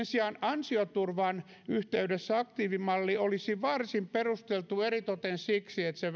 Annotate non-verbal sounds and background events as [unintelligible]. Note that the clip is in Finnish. [unintelligible] sijaan ansioturvan yhteydessä aktiivimalli olisi varsin perusteltu eritoten siksi että se [unintelligible]